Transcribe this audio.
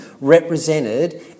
represented